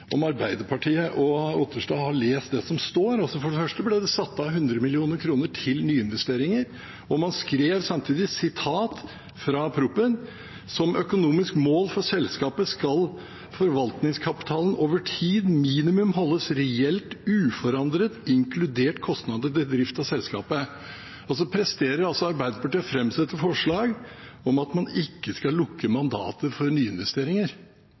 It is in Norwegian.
står. For det første ble det satt av 100 mill. kr til nyinvesteringer, og man skrev samtidig i proposisjonen: «Som økonomisk mål for selskapet skal forvaltningskapitalen over tid minimum holdes reelt uforandret, inkludert kostnader til drift av selskapet.» Så presterer altså Arbeiderpartiet å framsette forslag om at man ikke skal lukke mandatet for